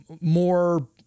more